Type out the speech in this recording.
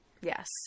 Yes